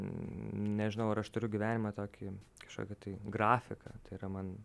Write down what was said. nežinau ar aš turiu gyvenime tokį kažkokį tai grafiką tai yra man